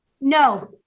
No